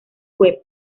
web